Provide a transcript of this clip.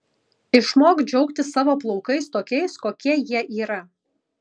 išmok džiaugtis savo plaukais tokiais kokie jie yra